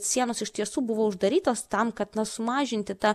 sienos iš tiesų buvo uždarytos tam kad na sumažinti tą